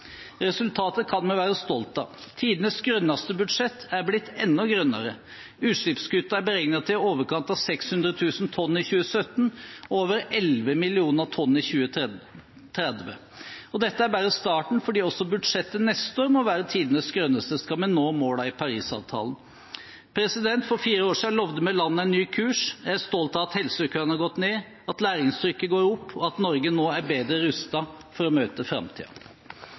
Resultatet kan vi være stolt av. Tidenes grønneste budsjett er blitt enda grønnere. Utslippskuttene er beregnet til i overkant av 600 000 tonn i 2017, og over 11 millioner tonn i 2030. Og dette er bare starten, for også budsjettet neste år må være tidenes grønneste, skal vi nå målene i Paris-avtalen. For fire år siden lovte vi landet en ny kurs. Jeg er stolt av at helsekøene har gått ned, at læringstrykket går opp, og at Norge nå er bedre rustet for å møte